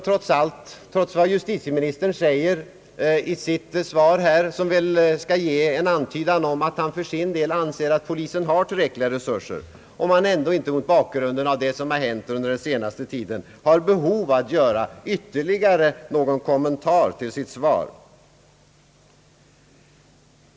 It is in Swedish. Trots vad justitieministern säger i sitt svar här, som väl skall ge en antydan om att han för sin del anser att polisen har tillräckliga resurser, undrar man om han inte mot bakgrunden av vad som har hänt har behov av att göra ytterligare någon kommentar till sitt svar.